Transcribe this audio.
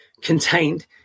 contained